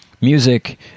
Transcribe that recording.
Music